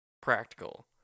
practical